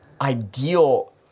ideal